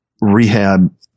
rehab